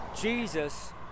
Jesus